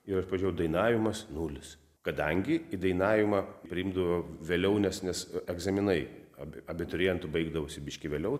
ir aš pažėjau dainavimas nulis kadangi į dainavimą priimdavo vėliau nes nes egzaminai abi abiturientų baigdavosi biškį vėliau